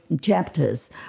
chapters